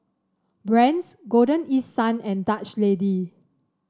Brand's Golden East Sun and Dutch Lady